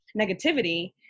negativity